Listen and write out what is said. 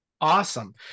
Awesome